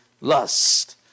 lust